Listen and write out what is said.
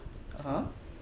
(uh huh)